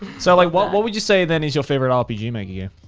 so like what what would you say then is your favorite rpg maker yeah